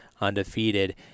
undefeated